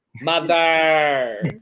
mother